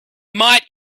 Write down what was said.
might